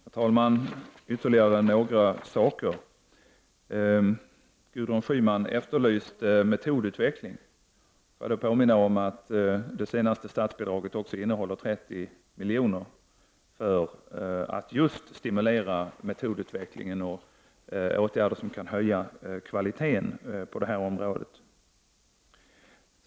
Herr talman! Jag vill ta upp ytterligare några saker. Gudrun Schyman efterlyste metodutveckling. Låt mig då påminna om att det senaste statsbidraget också innehåller 30 milj.kr. som skall stimulera just metodutveckling och åtgärder som kan höja kvaliteten på detta område.